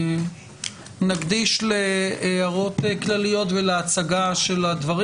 נקדיש להערות כלליות ולהצגה של הדברים.